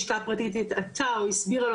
או שהבינו לא נכון כל מיני הנחיות,